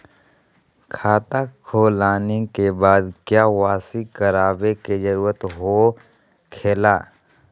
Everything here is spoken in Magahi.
खाता खोल आने के बाद क्या बासी करावे का जरूरी हो खेला?